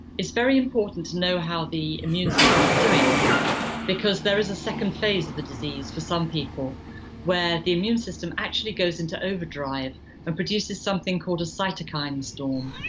it's very important to know how the immune system is doing because there is a second phase of the disease for some people where the immune system actually goes into overdrive and produces something called a cytokine storm.